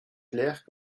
clair